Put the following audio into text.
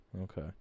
Okay